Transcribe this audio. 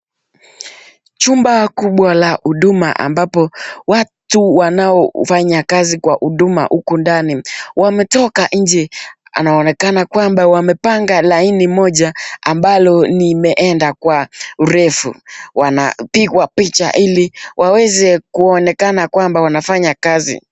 Chumba kubwa la huduma ambapo watu wanaofanya kazi kwa huduma huku ndani wametoka nje, anaonekana kwamba wamepanga laini moja ambalo ni imeenda kwa urefu. Wanapigwa picha ili waweze kuonekana kwamba wanafanya kazi.